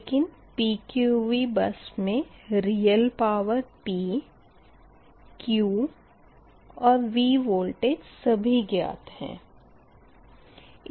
लेकिन PQV bus मे real power P Q और V वोल्टेज सभी ज्ञात है